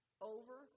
over